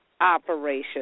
operation